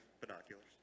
Binoculars